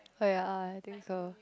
oh ya uh I think so